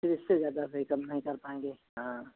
फिर इससे ज्यादा भई कम नहीं कर पाएँगे हाँ